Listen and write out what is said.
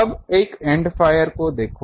अब एक end fire को देखो